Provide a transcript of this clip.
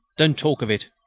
don't talk of it.